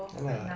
ya